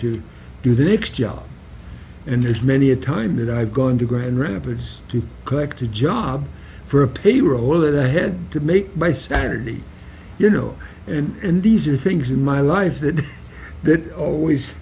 to do the next job and there's many a time that i've gone to grand rapids to collect a job for a payroll that i had to make my sanity you know and these are things in my life that there always